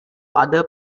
other